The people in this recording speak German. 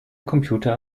computer